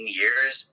years